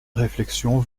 réflexion